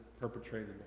perpetrated